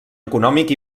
econòmic